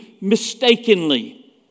mistakenly